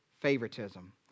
favoritism